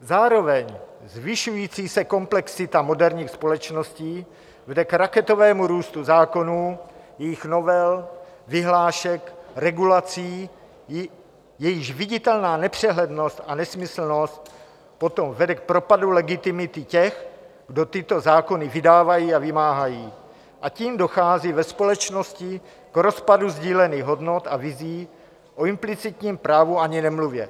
Zároveň zvyšující se komplexita moderních společností vede k raketovému růstu zákonů, jejich novel, vyhlášek, regulací, jejichž viditelná nepřehlednost a nesmyslnost potom vede k propadu legitimity těch, kdo tyto zákony vydávají a vymáhají, a tím dochází ve společnosti k rozpadu sdílených hodnot a vizí, o implicitním právu ani nemluvě.